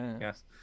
yes